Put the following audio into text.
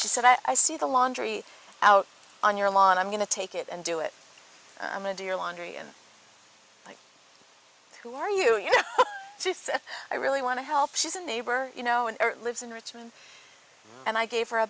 said i see the laundry out on your lawn and i'm going to take it and do it i'm going to your laundry and like who are you you know i really want to help she's a neighbor you know and lives in richmond and i gave her a